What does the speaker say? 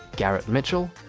garrett mitchell,